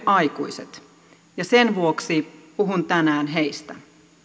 aikuiset ja sen vuoksi puhun tänään heistä